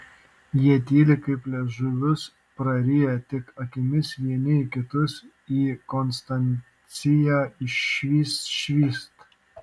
jie tyli kaip liežuvius prariję tik akimis vieni į kitus ir į konstanciją švyst švyst